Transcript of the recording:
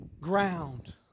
ground